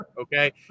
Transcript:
okay